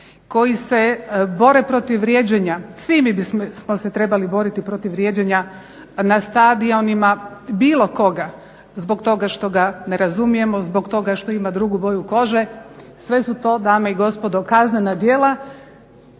koji se bore protiv vrijeđanja? Svi mi bismo se trebali boriti protiv vrijeđanja na stadionima bilo koga zbog toga što ga ne razumijemo, zbog toga što ima drugu boju kože, sve su to dame i gospodo kaznena djela,